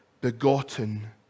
begotten